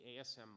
ASM